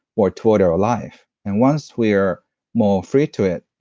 or toward our ah life. and once we are more free to it,